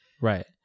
right